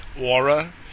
aura